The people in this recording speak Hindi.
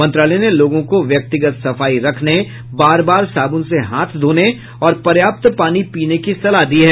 मंत्रालय ने लोगों को व्यक्तिगत सफाई रखने बार बार साबुन से हाथ धोने और पर्याप्त पानी पीने की सलाह दी है